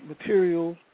materials